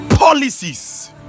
policies